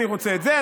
אני רוצה את זה,